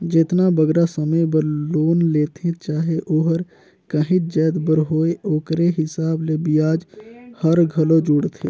जेतना बगरा समे बर लोन लेथें चाहे ओहर काहींच जाएत बर होए ओकरे हिसाब ले बियाज हर घलो जुड़थे